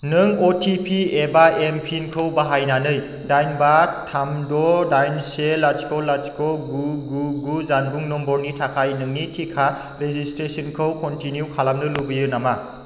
नों अटिपि एबा एमपिनखौ बाहायनानै दाइन बा थाम द' दाइन से लाथिख' लाथिख' गु गु गु जानबुं नम्बरनि थाखाय नोंनि टिका रेजिसट्रेसनखौ कनटिनिउ खालामनो लुबैयो नामा